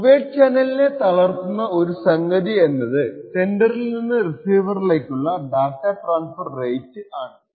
covert ചാനലിനെ തളർത്തുന്ന ഒരു സംഗതി എന്നത് സെൻഡറിൽ നിന്ന് റിസീവറിലേക്കുള്ള ഡാറ്റ ട്രാൻസ്ഫർ റേറ്റ് ആണ്